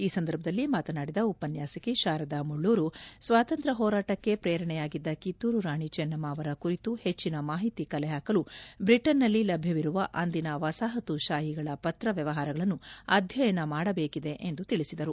ಈ ಸಂದರ್ಭದಲ್ಲಿ ಮಾತನಾಡಿದ ಉಪನ್ಯಾಸಕಿ ಶಾರದ ಮುಳ್ಳೂರು ಸ್ವಾತಂತ್ರ್ನ ಹೋರಾಟಕ್ಕೆ ಪ್ರೇರಣೆಯಾಗಿದ್ದ ಕಿತ್ತೂರು ರಾಣಿ ಚೆನ್ನಮ್ಮ ಅವರ ಕುರಿತು ಹೆಚ್ಚಿನ ಮಾಹಿತಿ ಕಲೆ ಹಾಕಲು ಬ್ರಿಟನ್ನಲ್ಲಿ ಲಭ್ಯವಿರುವ ಅಂದಿನ ವಸಾಹತು ಶಾಹಿಗಳ ಪತ್ರ ವ್ಯವಹಾರಗಳನ್ನು ಅಧ್ಯಯನ ಮಾಡಬೇಕಿದೆ ಎಂದು ತಿಳಿಸಿದರು